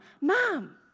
mom